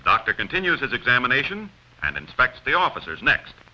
the doctor continues his examination and inspects the officers next